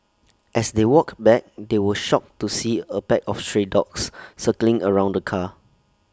as they walked back they were shocked to see A pack of stray dogs circling around the car